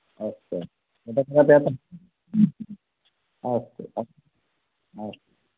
अस्तु अस्तु जातम् अस्तु अस्तु